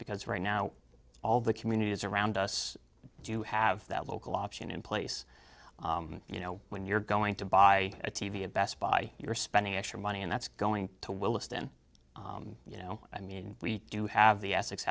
because right now all the communities around us do have that local option in place you know when you're going to buy a t v at best buy you're spending extra money and that's going to williston you know i mean we do have the e